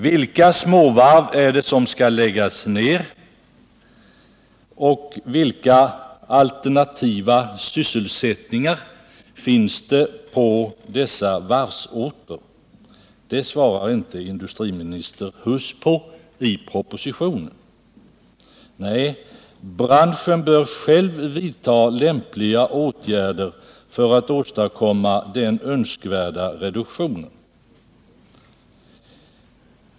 Vilka småvarv är det som skall läggas ned, och vilka alternativa sysselsättningsmöjligheter finns det på dessa varvsorter? Det svarar inte industriminister Huss på i propositionen. Nej, branschen bör själv vidta lämpliga åtgärder för att åstadkomma den önskvärda reduktionen.